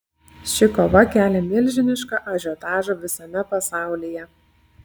ši kova kelia milžinišką ažiotažą visame pasaulyje